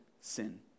sin